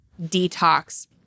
detox